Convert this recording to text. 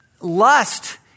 Lust